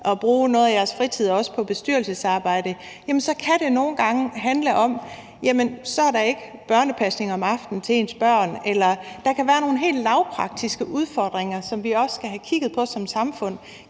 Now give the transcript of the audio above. at bruge noget af deres frihed på bestyrelsesarbejde, så kan det nogle gange handle om, at der ikke er pasning til deres børn om aftenen. Der kan være nogle helt lavpraktiske udfordringer, som vi også skal have kigget på som samfund.